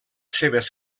seves